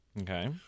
Okay